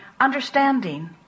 understanding